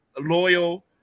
loyal